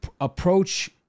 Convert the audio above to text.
approach